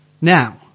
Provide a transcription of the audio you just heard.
Now